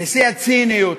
לשיא הצביעות,